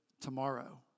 tomorrow